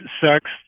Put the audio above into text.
sex